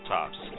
Tops